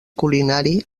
culinari